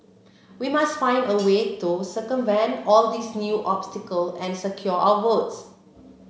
we must find a way to circumvent all these new obstacle and secure our votes